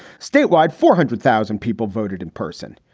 statewide, four hundred thousand people voted in person.